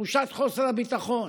בתחושת חוסר הביטחון.